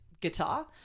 guitar